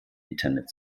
internet